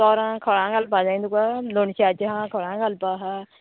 तोरां खळां घालपा जाय तुका लोणच्याची आहा खळां घालपा आहा